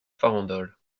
farandole